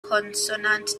consonant